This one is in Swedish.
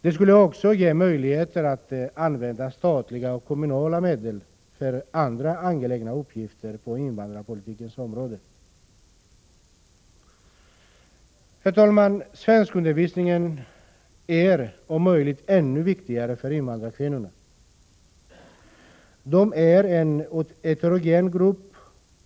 Det skulle också ge möjligheter att använda statliga och kommunala medel för andra angelägna uppgifter på invandrarpolitikens område. Herr talman! Svenskundervisningen är om möjligt ännu viktigare för invandrarkvinnorna. De är en heterogen grupp.